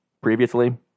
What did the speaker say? previously